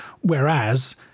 whereas